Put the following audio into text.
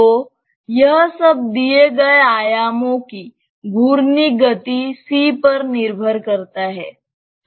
तो यह सब दिए गए आयामों की घूर्णी गति C पर निर्भर करता है